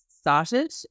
started